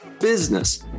business